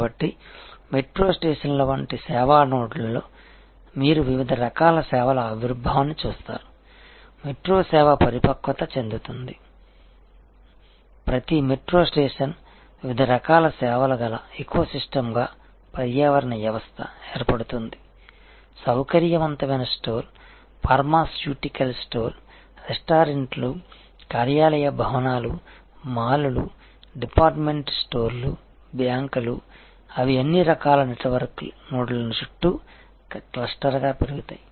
కాబట్టి మెట్రో స్టేషన్ల వంటి సేవా నోడ్లలో మీరు వివిధ రకాల సేవల ఆవిర్భావాన్ని చూస్తారు మెట్రో సేవ పరిపక్వత చెందుతుంది ప్రతి మెట్రో స్టేషన్ వివిధ రకాల సేవల గల ఎకోసిస్టమ్ గా పర్యావరణ వ్యవస్థ ఏర్పడుతుంది సౌకర్యవంతమైన స్టోర్ ఫార్మాస్యూటికల్ స్టోర్ రెస్టారెంట్లు కార్యాలయ భవనాలు మాల్లు డిపార్ట్మెంట్ స్టోర్లు బ్యాంకులు అవి అన్ని రకాల నెట్వర్క్ నోడ్ల చుట్టూ క్లస్టర్గా పెరుగుతాయి